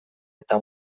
eta